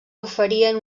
oferien